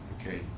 Okay